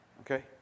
Okay